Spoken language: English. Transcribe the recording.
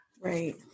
Right